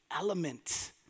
element